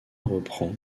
reprend